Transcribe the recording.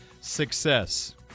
success